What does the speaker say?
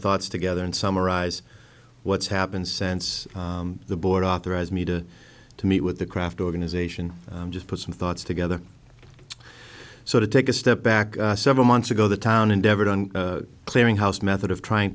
thoughts together and summarize what's happened since the board authorized me to to meet with the craft organization just put some thoughts together sort of take a step back several months ago the town endeavored on a clearing house method of trying